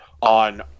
on